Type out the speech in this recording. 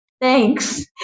thanks